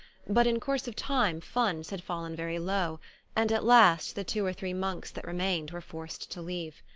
but in course of time funds had fallen very low and at last the two or three monks that remained were forced to leave.